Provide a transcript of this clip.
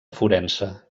forense